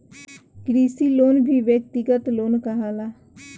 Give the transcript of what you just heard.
कृषि लोन भी व्यक्तिगत लोन कहाला